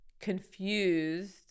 confused